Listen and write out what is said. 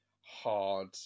hard